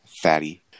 fatty